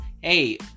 Hey